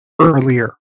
earlier